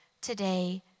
today